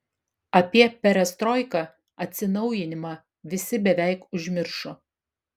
apie perestroiką atsinaujinimą visi beveik užmiršo